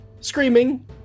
Screaming